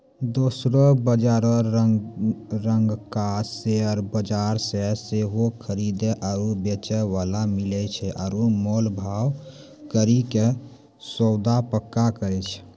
दोसरो बजारो रंगका शेयर बजार मे सेहो खरीदे आरु बेचै बाला मिलै छै आरु मोल भाव करि के सौदा पक्का करै छै